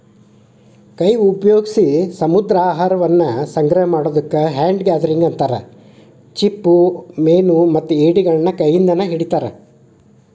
ಕೈ ಉಪಯೋಗ್ಸಿ ಸಮುದ್ರಾಹಾರವನ್ನ ಸಂಗ್ರಹ ಮಾಡೋದಕ್ಕ ಹ್ಯಾಂಡ್ ಗ್ಯಾದರಿಂಗ್ ಅಂತಾರ, ಚಿಪ್ಪುಮೇನುಮತ್ತ ಏಡಿಗಳನ್ನ ಕೈಯಿಂದಾನ ಹಿಡಿತಾರ